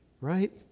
right